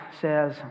says